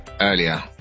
earlier